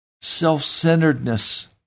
self-centeredness